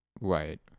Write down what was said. right